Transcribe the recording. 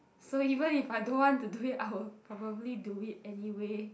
so even if I don't want to do it I would probably do it anyway